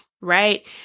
right